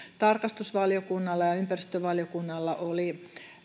tarkastusvaliokunnalla ja ympäristövaliokunnalla oli